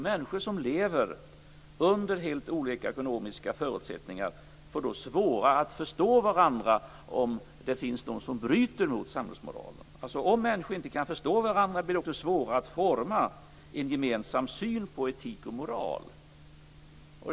Människor som lever under helt olika ekonomiska förutsättningar får då svårare att förstå varandra om det finns de som bryter mot samhällsmoralen. Om människor inte kan förstå varandra blir det också svårare att forma en gemensam syn på etik och moral.